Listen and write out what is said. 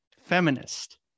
feminist